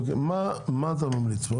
מה אתה ממליץ פה?